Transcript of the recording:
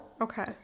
Okay